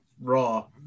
raw